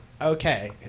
Okay